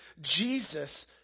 Jesus